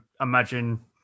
imagine